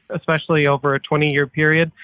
especially over a twenty year period.